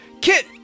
Kit